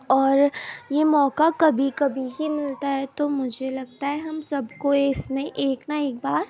اور یہ موقع کبھی کبھی ہی ملتا ہے تو مجھے لگتا ہے کہ ہم سب کو اس میں ایک نہ ایک بار